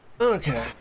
Okay